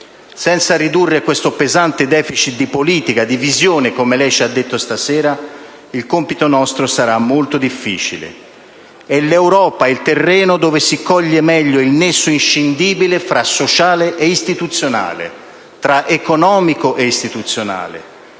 Senza ridurre questo pesante *deficit* di politica, di visione (come lei ci ha detto stasera), il compito nostro sarà molto difficile. È l'Europa il terreno dove si coglie meglio il nesso inscindibile fra sociale e istituzionale, tra economico e istituzionale.